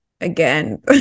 again